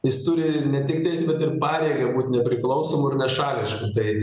jis turi ne tik teisę bet ir pareigą būt nepriklausomu ir nešališku tai